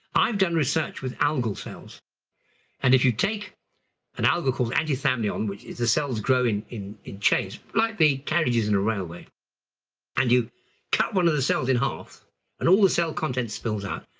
i've done research with algal cells and if you take an algae called antithamnion, which is the cells growing in in chains like the carriages in a railway and you cut one of the cells in half and all the cell content spills out,